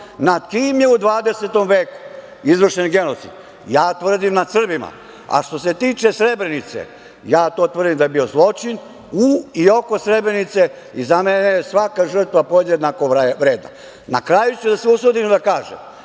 nad kim je u 20. veku izvršen genocid? Ja tvrdim nad Srbima. Što se tiče Srebrenice, ja to tvrdim da je bio zločin u i oko Srebrenice i za mene je svaka žrtva podjednako vredna. Na kraju ću da se usudim da kažem